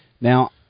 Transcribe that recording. Now